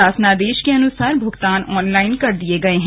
शासनादेश के अनुसार भुगतान ऑनलाइन कर दिए गए हैं